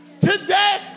Today